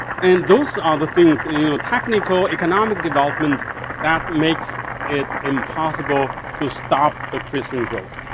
and those are the things, you know, technical, economic development that makes it impossible to stop the christian growth.